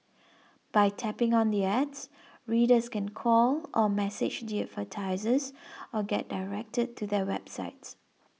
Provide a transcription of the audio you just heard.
by tapping on the ads readers can call or message the advertisers or get directed to their websites